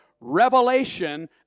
revelation